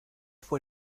fue